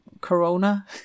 Corona